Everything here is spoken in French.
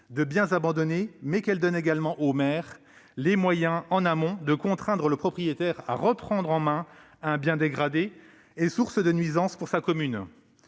de biens abandonnés, mais qu'elle donne également au maire les moyens, en amont, de contraindre le propriétaire à reprendre en main un bien dégradé et source de nuisances pour sa commune.